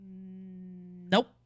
Nope